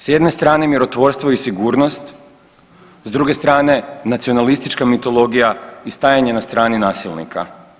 S jedne strane mirotvorstvo i sigurnost, s druge strane nacionalistička mitologija i stajanje na strani nasilnika.